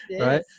Right